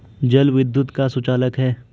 जल विद्युत का सुचालक है